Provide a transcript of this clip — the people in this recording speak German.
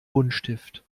buntstift